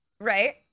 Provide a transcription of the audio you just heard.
Right